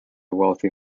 wealthy